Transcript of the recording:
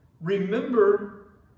Remember